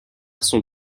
sont